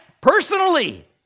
personally